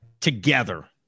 together